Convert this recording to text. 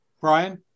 brian